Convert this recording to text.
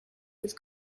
with